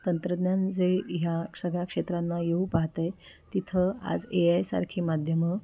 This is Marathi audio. तंत्रज्ञान जे ह्या सगळ्या क्षेत्रांना येऊ पाहतं आहे तिथं आज ए आयसारखी माध्यमं